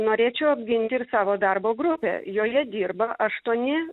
norėčiau apginti ir savo darbo grupę joje dirba aštuoni